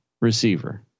receiver